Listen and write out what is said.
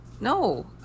No